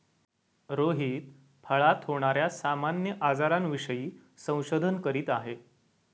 रोहित फळात होणार्या सामान्य आजारांविषयी संशोधन करीत आहे